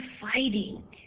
fighting